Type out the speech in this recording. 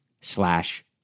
slash